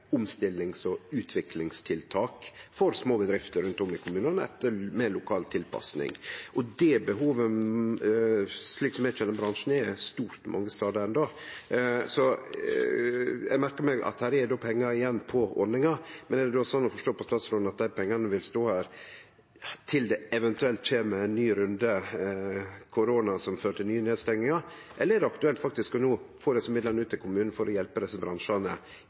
omstillings- og utviklingstiltak for små bedrifter rundt omkring i kommunane, med lokal tilpassing. Det behovet er, slik eg kjenner bransjen, stort mange stader enno. Eg merkar meg at det er pengar igjen i ordninga, men er det då slik å forstå på statsråden at dei pengane vil stå der til det eventuelt kjem ein ny runde med korona som fører til nye nedstengingar, eller er det aktuelt å få desse midlane ut til kommunane no, for å hjelpe desse bransjane